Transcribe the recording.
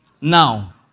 now